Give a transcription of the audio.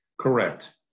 Correct